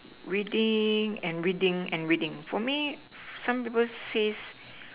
reading and reading and reading for me some people says